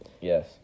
Yes